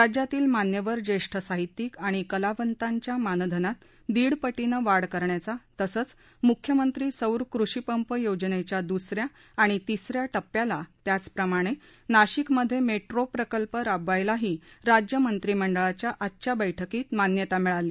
राज्यातील मान्यवर ज्येष्ठ साहित्यिक आणि कलावंतांच्या मानधनात दीडपटीने वाढ करण्याचा तसंच मुख्यमंत्री सौर कृषीपंप योजनेच्या दुसऱ्या आणि तिसऱ्या टप्प्याला त्याचप्रमाणे नाशिकमध्ये मेट्रो प्रकल्प राबवायलाही राज्य मंत्रिमंडळाच्या आजच्या बैठकीत मान्यता मिळाली